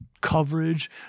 coverage